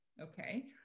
okay